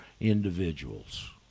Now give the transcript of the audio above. individuals